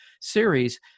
series